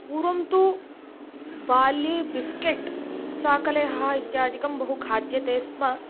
पूर्वं तु बाल्ये बिस्केट् चाकलेहः इत्यादिकं बहु खाद्यते स्म